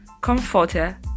Comforter